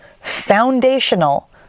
foundational